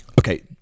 Okay